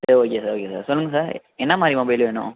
சரி okay sir okay sir சொல்லுங்கள் sir என்ன மாதிரி மொபைல் வேணும்